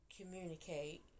communicate